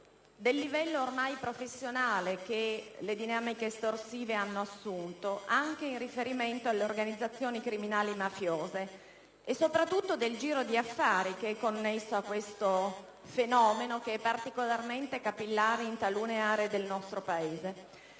del livello ormai professionale che le dinamiche estorsive hanno assunto, anche in riferimento alle organizzazioni criminali mafiose e soprattutto del giro di affari connesso a questo fenomeno, particolarmente capillare in talune aree del nostro Paese.